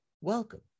Welcome